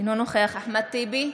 אינו נוכח אחמד טיבי,